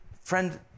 Friend